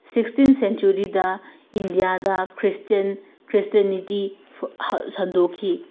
sixteen ꯁꯦꯟꯇꯨꯔꯤꯗ ꯏꯟꯗꯤꯌꯥꯗ Christian ꯈ꯭ꯔꯤꯁꯇꯤꯌꯥꯟꯅꯤꯇꯤ ꯁꯟꯗꯣꯛꯈꯤ